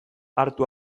hartu